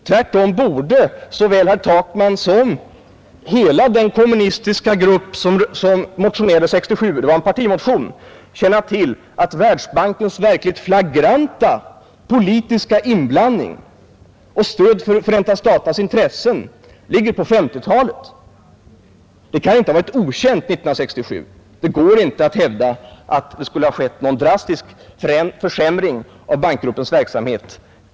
Tvärtom borde såväl herr Takman som hela den kommunistiska grupp som motionerade 1967 — det var en partimotion — känna till att Världsbankens verkligt flagranta politiska inblandning och stöd för Förenta staternas intressen ligger på 1950-talet. Det kan inte vara okänt år 1967. Det går inte att hävda att det skulle ha skett någon drastisk försämring av bankgruppens verksamhet.